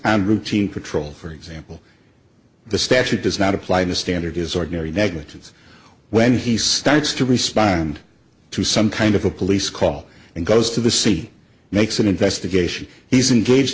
on routine patrol for example the statute does not apply the standard is ordinary negligence when he starts to respond to some kind of a police call and goes to the city makes an investigation he's an gage